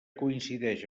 coincideix